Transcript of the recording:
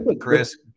Chris